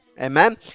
Amen